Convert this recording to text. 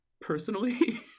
personally